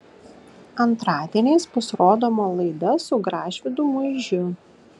antradieniais bus rodoma laida su gražvydu muižiu